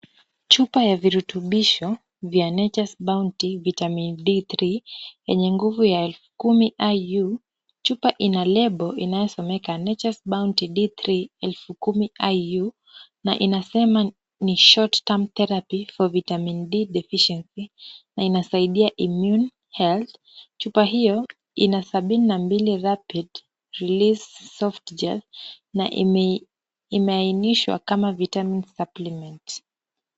Chupa ya virutubisho, vya Natures Bounty Vitamin D3, yenye nguvu ya elfu kumi IU, chupa ina lebo, inayosomeka Natures Bounty D3 elfu kumi IU, na inasema ni short-term therapy for vitamin D deficiency , na inasaidia immune health . Chupa hiyo ina sabini na mbiliiuu rapid release soft gel , na imeainishwa kama vitamin supplement .